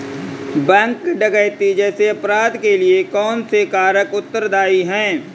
Bank डकैती जैसे अपराध के लिए कौन से कारक उत्तरदाई हैं?